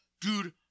dude